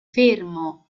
fermo